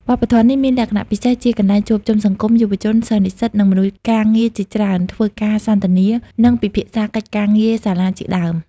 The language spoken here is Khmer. វប្បធម៌នេះមានលក្ខណៈពិសេសជាកន្លែងជួបជុំសង្គម យុវជន សិស្សនិស្សិត និងមនុស្សការងារជាច្រើន ធ្វើការសន្ទនា និងពិភាក្សាកិច្ចការងារសាលាជាដើម។